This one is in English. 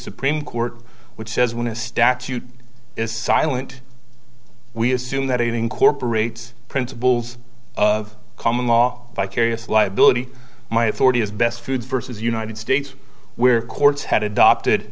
supreme court which says when a statute is silent we assume that it incorporates principles of common law vicarious liability my authority is best foods versus united states where courts had adopted